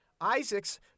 Isaacs